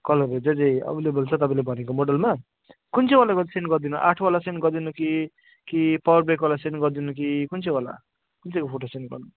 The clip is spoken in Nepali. कलरहरू चाहिँ जे जे अभाइलेबल छ तपाईँले भनेकोमा मोडलमा कुन चाहिँ वाला चाहिँ सेन्ड गरिदिनु आठ वाला सेन्ड गरिदिनु कि कि पावर ब्रेक वाला सेन्ड गरिदिनु कि कुन चाहिँ वाला कुन चाहिँको फोटो सेन्ड गर्नु